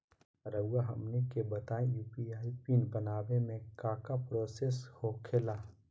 रहुआ हमनी के बताएं यू.पी.आई पिन बनाने में काका प्रोसेस हो खेला?